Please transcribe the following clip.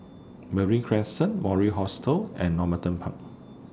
Marine Crescent Mori Hostel and Normanton Park